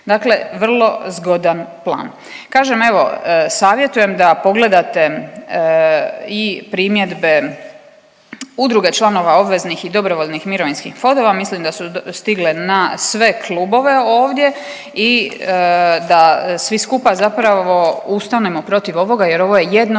Dakle, vrlo zgodan plan. Kažem evo savjetujem da pogledate i primjedbe Udruge članova obveznih i dobrovoljnih mirovinskih fondova, mislim da su stigle na sve klubove ovdje i da svi skupa zapravo ustanemo protiv ovoga jer ovo je